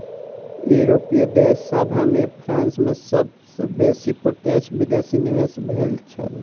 यूरोपीय देश सभ में फ्रांस में सब सॅ बेसी प्रत्यक्ष विदेशी निवेश भेल छल